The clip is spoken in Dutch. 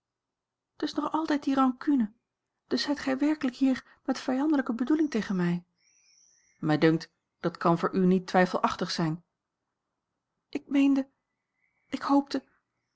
dus nog altijd die rancune dus zijt gij werkelijk hier met vijandelijke bedoeling tegen mij mij dunkt dat kan voor u niet twijfelachtig zijn ik meende ik hoopte